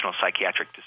psychiatric